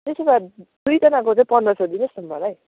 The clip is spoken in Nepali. त्यसो भए दुईजनाको चाहिँ पन्ध्र सय दिनुहोस् न मलाई